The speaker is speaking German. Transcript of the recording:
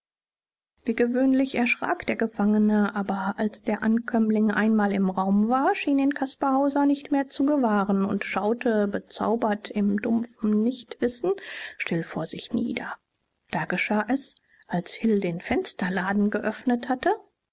wie gewöhnlich erschrak der gefangene aber als der ankömmling einmal im raum war schien ihn caspar hauser nicht mehr zu gewahren und schaute bezaubert im dumpfen nichtwissen still vor sich nieder da geschah es als hill den fensterladen geöffnet hatte